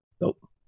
Nope